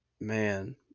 man